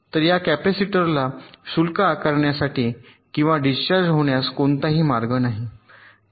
तर या कॅपेसिटरला शुल्क आकारण्यासाठी किंवा डिस्चार्ज होण्यास कोणताही मार्ग नाही